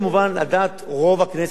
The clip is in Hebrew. על דעת רוב הכנסת פה,